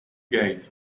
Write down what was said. guys